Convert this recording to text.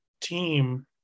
team